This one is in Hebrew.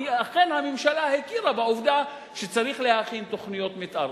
כי אכן הממשלה הכירה בעובדה שצריך להכין תוכניות מיתאר,